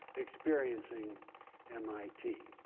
experiencing mit.